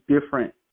different